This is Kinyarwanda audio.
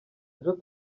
ejo